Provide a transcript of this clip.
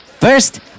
First